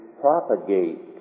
propagate